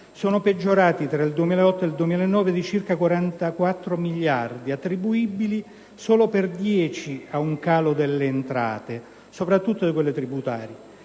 sono peggiorati fra il 2008 e il 2009 di circa 44 miliardi, attribuibili solo per 10 miliardi a un calo delle entrate (soprattutto di quelle tributarie).